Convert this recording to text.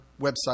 website